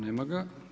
Nema ga.